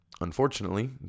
unfortunately